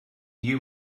you